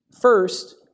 First